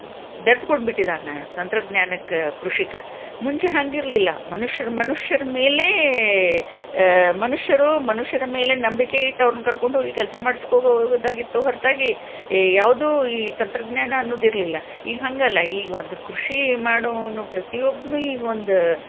ಬೆರ್ತ್ಕೊಂಡು ಬಿಟ್ಟಿದಾನೆ ತಂತ್ರಜ್ಞಾನಕ್ಕೆ ಕೃಷಿಕ ಮುಂಚೆ ಹಾಗಿರಲಿಲ್ಲ ಮನುಷ್ಯರು ಮನುಷ್ಯರ ಮೇಲೇ ಮನುಷ್ಯರು ಮನುಷ್ಯರ ಮೇಲೆ ನಂಬಿಕೆ ಇಟ್ಟವರ್ನ್ ಕರ್ಕೊಂಡ್ಹೋಗಿ ಕೆಲಸ ಮಾಡಿಸ್ಕೊಬಹುದಾಗಿತ್ತು ಹೊರತಾಗಿ ಯಾವುದೂ ಈ ತಂತ್ರಜ್ಞಾನ ಅನ್ನೂದಿರ್ಲಿಲ್ಲ ಈಗ ಹಾಗಲ್ಲ ಈಗ ಒಂದು ಕೃಷಿ ಮಾಡುವವನು ಪ್ರತಿಯೊಬ್ಬನೂ ಈಗ ಒಂದು